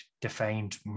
defined